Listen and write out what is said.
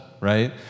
right